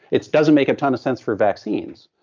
it dozen make a ton of sense for vaccines,